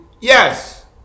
Yes